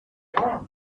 but